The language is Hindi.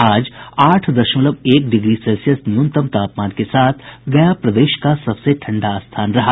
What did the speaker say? आज आठ दशमलव एक डिग्री सेल्सियस न्यूनतम तापमान के साथ गया प्रदेश का सबसे ठंडा स्थान रहा